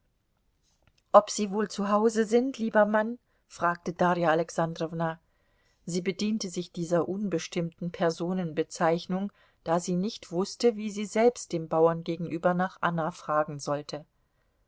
ob sie wohl zu hause sind lieber mann fragte darja alexandrowna sie bediente sich dieser unbestimmten personenbezeichnung da sie nicht wußte wie sie selbst dem bauern gegenüber nach anna fragen sollte